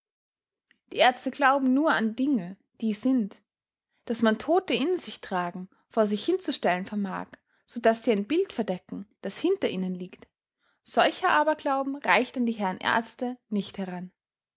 die ärzte glauben nur an dinge die sind daß man tote in sich tragen vor sich hinzustellen vermag so daß sie ein bild verdecken das hinter ihnen liegt solcher aberglauben reicht an die herren ärzte nicht heran